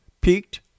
peaked